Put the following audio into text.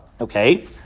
Okay